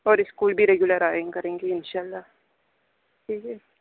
اور اسکول بھی ریگولر آیا کریں گے انشاء اللہ جی جی